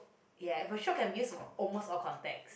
ya but shiok can be used for almost all context